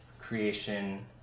creation